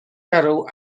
garw